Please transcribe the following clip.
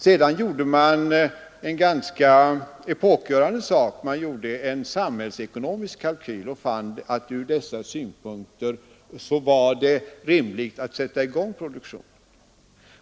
Sedan gjorde man en ganska epokgörande sak — man gjorde en samhällsekonomisk kalkyl och fann att det ur dessa synpunkter var rimligt att sätta i gång produktionen.